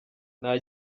nta